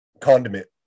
condiment